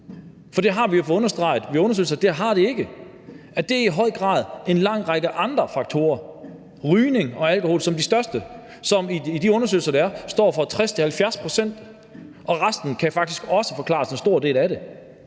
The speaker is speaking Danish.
For vi har jo via undersøgelser fået understreget, at det har det ikke, at det i høj grad er en lang række andre faktorer: rygning og alkohol som de største, og som i de undersøgelser, der er, står for 60-70 pct. Og resten, en stor del af det,